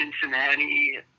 Cincinnati